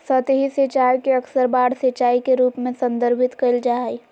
सतही सिंचाई के अक्सर बाढ़ सिंचाई के रूप में संदर्भित कइल जा हइ